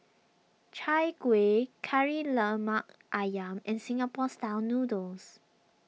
Chai Kueh Kari Lemak Ayam and Singapore Style Noodles